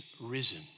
risen